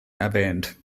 erwähnt